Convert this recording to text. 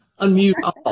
Unmute